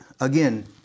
again